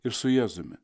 ir su jėzumi